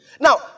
Now